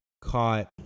caught